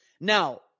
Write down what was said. now